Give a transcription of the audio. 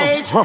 Age